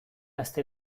aste